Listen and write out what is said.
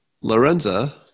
Lorenza